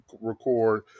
record